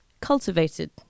cultivated